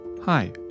Hi